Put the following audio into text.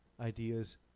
ideas